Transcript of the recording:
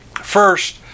First